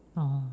oh